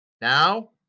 Now